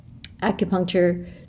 acupuncture